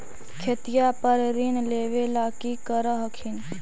खेतिया पर ऋण लेबे ला की कर हखिन?